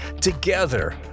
together